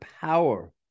power